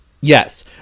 Yes